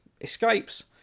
escapes